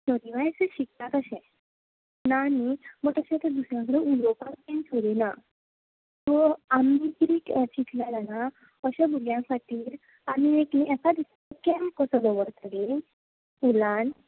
शिकता तशें ना न्ही पूण ते तशें दुसऱ्यां कडेन उलोवपाक बी सोदिना सो आमी कितें चिंतला जाणा अश्या भुरग्यां खातीर आमी एक एका दिसाचो कॅम्प कसो दवरतलीं स्कुलांत